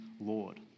Lord